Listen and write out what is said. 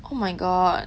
oh my god